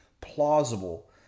plausible